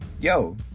Yo